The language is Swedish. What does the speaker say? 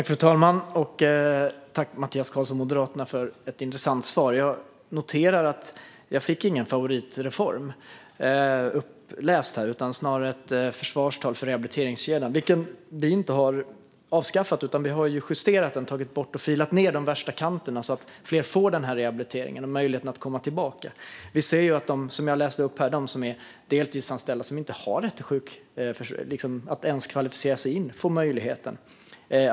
Fru talman! Tack, Mattias Karlsson från Moderaterna, för ett intressant svar! Jag noterar att jag inte fick någon favoritreform uppläst utan snarare ett försvarstal för rehabiliteringskedjan. Den har vi inte avskaffat, utan vi har justerat den och tagit bort och filat ned de värsta kanterna så att fler får rehabilitering och möjlighet att komma tillbaka. Vi ser att de deltidsanställda, som jag nämnde, inte ens får möjlighet att kvalificera sig till sjukförsäkringen.